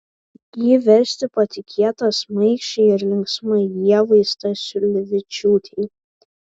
jį vesti patikėta šmaikščiai ir linksmai ievai stasiulevičiūtei